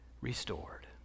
restored